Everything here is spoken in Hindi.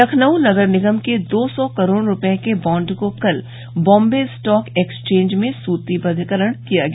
लखनऊ नगर निगम के दो सौ करोड़ रूपये के बॉन्ड को कल बॉम्बे स्टॉक एक्सचेंज में सुचीबद्दकरण किया गया